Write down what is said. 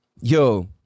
yo